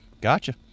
Gotcha